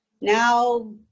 Now